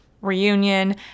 reunion